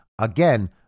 Again